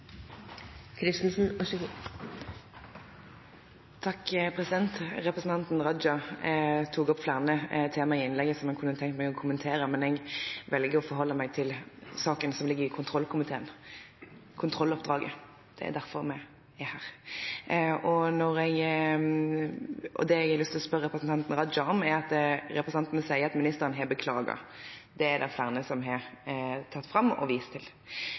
Representanten Raja tok opp flere tema i innlegget som jeg kunne ha tenkt meg å kommentere, men jeg velger å forholde meg til saken som ligger i kontrollkomiteen – kontrolloppdraget. Det er derfor vi er her. Det jeg har lyst til å spørre representanten Raja om, er at representanten sier at ministeren har beklaget. Det er det flere som har tatt fram og vist til.